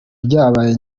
ryabaye